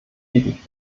tätig